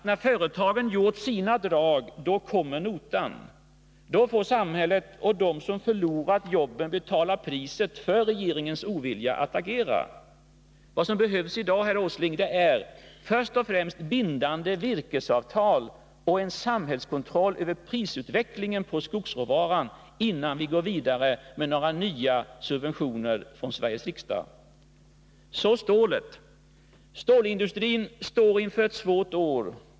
När företagen gjort sina drag kommer notan. Då får samhället och de som har förlorat jobben betala priset för regeringens ovilja att agera. I dag behövs, herr Åsling, först och främst bindande virkesavtal och en samhälls kontroll över utvecklingen av priset på skogsråvara innan vi går vidare med några subventioner från Sveriges riksdag. Stålindustrin står inför ett svårt år.